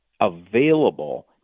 available